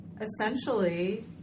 essentially